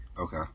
Okay